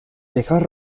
dejar